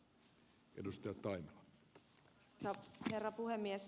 arvoisa herra puhemies